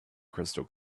crystal